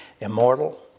immortal